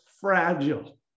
fragile